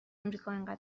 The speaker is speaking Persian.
امریکااینقدر